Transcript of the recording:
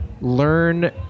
learn